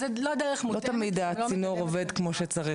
לא תמיד הצינור עובד כמו שצריך.